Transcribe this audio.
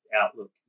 outlook